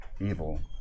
evil